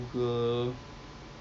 ya